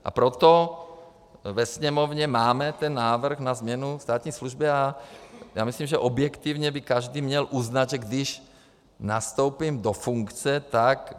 A proto ve Sněmovně máme návrh na změnu státní služby a já myslím, že objektivně by každý měl uznat, že když nastoupím do funkce, tak...